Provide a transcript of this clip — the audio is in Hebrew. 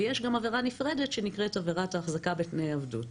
ויש גם עבירה נפרדת שנקראת עבירת החזקה בתנאי עבדות,